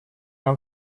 нам